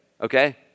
okay